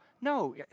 No